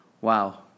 wow